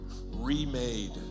remade